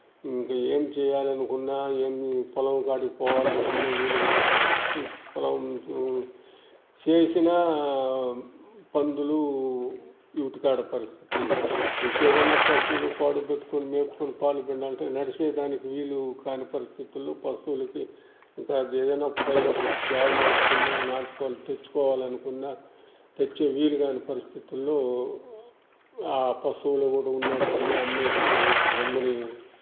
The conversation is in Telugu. ఇంకా ఏమి చేయాలనుకున్నా ఏమీ పొలం కాడికి పోవాలనుకున్నా వీలు కానీ పరిస్థితి పొలంతో చేసినా పందులు వీటి కాడ పరిస్థితి ఇంకేదైనా పసుపులు పాడు పెట్టుకొని మేపుకొని పాలు పిండాలంటే నడిచే దానికి వీలుకాని పరిస్థితిలో పశువులకి ఇంకా జీవనశైలిలో జాలు నాటుకున్న నాటుకొని తెచ్చుకోవాలనుకున్న తెచ్చి వీలుకాని పరిస్థితుల్లో ఆ పశువులు కూడా ఉన్నవి అమ్మేసి ఇప్పుడు గమ్ముని